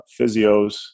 physios